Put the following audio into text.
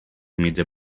mitja